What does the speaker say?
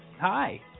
hi